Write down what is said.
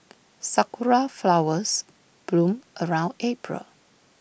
Sakura Flowers bloom around April